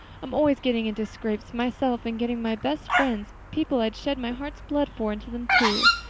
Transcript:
i'm always getting into scrapes myself and getting my best friends people i'd shed my heart's blood for into them too.